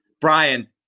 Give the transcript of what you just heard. Brian